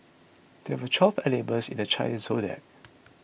there are twelve animals in the Chinese zodiac